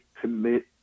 commit